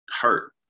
hurt